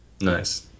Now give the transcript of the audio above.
Nice